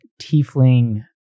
tiefling